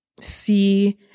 see –